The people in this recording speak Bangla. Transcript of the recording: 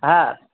হ্যাঁ